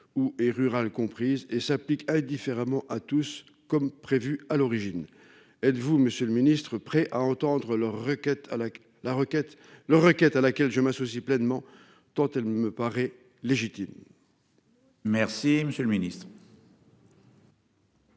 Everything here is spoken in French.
ou et rural comprise et s'applique indifféremment à tous comme prévu à l'origine. Êtes-vous Monsieur le Ministre, prêt à entendre leur requête à la la requête leur requête à laquelle je m'associe pleinement tant elle me paraît légitime. Merci, monsieur le Ministre.